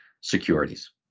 securities